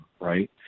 right